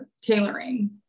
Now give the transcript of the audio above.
tailoring